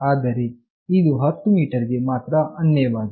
ಆದರೆ ಇದು 10 ಮೀಟರ್ ಗೆ ಮಾತ್ರ ಅನ್ವಯವಾಗುತ್ತದೆ